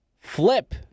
flip